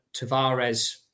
Tavares